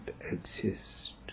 exist